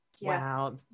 Wow